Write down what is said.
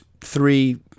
three